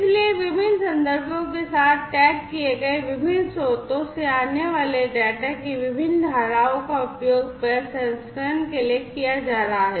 इसलिए विभिन्न संदर्भों के साथ टैग किए गए विभिन्न स्रोतों से आने वाले डेटा की विभिन्न धाराओं का उपयोग प्रसंस्करण के लिए किया जा रहा है